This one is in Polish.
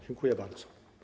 Dziękuję bardzo.